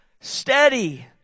steady